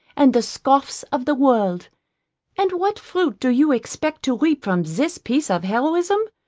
and the scoffs of the world and what fruit do you expect to reap from this piece of heroism,